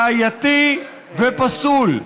בעייתי ופסול.